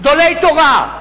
גדולי תורה,